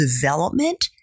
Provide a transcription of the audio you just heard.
development